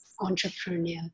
entrepreneur